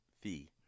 fee